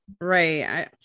right